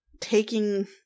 taking